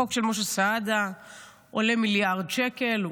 החוק של משה סעדה עולה מיליארד שקל,